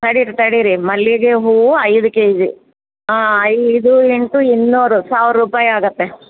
ತಡಿರಿ ತಡೀರಿ ಮಲ್ಲಿಗೆ ಹೂವು ಐದು ಕೆ ಜಿ ಐದು ಇಂಟು ಇನ್ನೂರು ಸಾವಿರ ರೂಪಾಯಿ ಆಗುತ್ತೆ